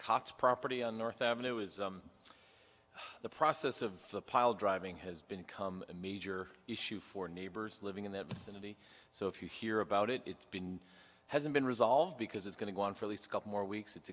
cots property on north avenue is the process of the pile driving has been come a major issue for neighbors living in the nitty so if you hear about it it's been hasn't been resolved because it's going to go on for at least a couple more weeks it's